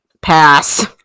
pass